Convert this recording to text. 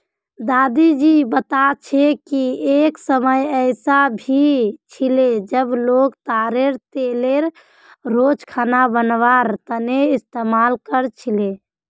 दादी जी बता छे कि एक समय ऐसा भी छिले जब लोग ताडेर तेलेर रोज खाना बनवार तने इस्तमाल कर छीले